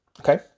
okay